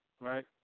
Right